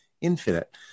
infinite